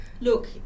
Look